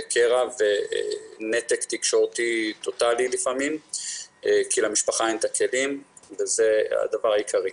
קרע ונתק תקשורתי טוטלי לפעמים כי למשפחה אין את הכלים וזה הדבר העיקרי.